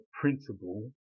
principle